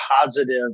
positive